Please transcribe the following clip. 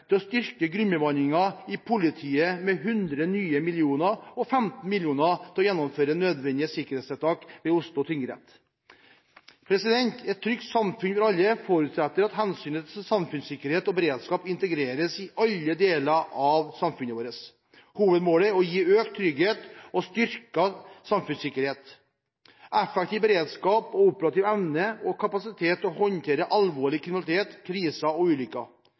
å styrke grunnbemanningen i politiet med 100 nye mill. kr, og 15 mill. kr til å gjennomføre nødvendige sikkerhetstiltak ved Oslo tingrett. Et trygt samfunn for alle forutsetter at hensynet til samfunnssikkerhet og beredskap integreres i alle deler av samfunnet. Hovedmålet er å gi økt trygghet og styrket samfunnssikkerhet, effektiv beredskap, operativ evne og kapasitet til å håndtere alvorlig kriminalitet, kriser og ulykker